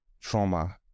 trauma